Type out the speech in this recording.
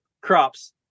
crops